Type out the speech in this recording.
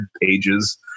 pages